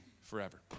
forever